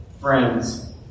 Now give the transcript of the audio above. Friends